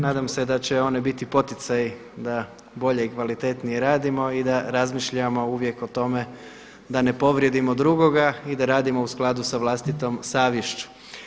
Nadam se da će one biti poticaj da bolje i kvalitetnije radimo i da razmišljamo uvijek o tome da ne povrijedimo drugoga i da radimo u skladu sa vlastitom savješću.